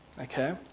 Okay